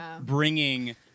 bringing